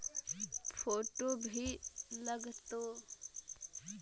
Photo भी लग तै?